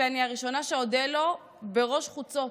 ואני הראשונה שאודה לו בראש חוצות.